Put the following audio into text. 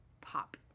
Pop